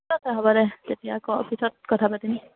ঠিক আছে হ'ব দে এতিয়া ক পিছত কথা পাতিম